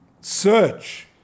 search